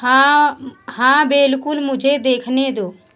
हाँ हाँ बिल्कुल मुझे देखने दो